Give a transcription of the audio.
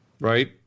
right